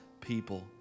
people